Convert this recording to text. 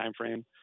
timeframe